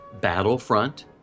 Battlefront